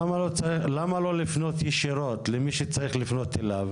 למה לא לפנות ישירות למי שצריך לפנות אליו?